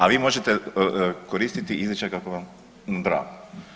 A vi možete koristiti izričaj kako vam drago.